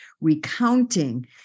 recounting